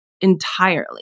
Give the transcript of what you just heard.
entirely